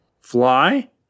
Fly